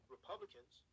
Republicans